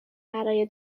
برای